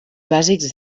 bàsics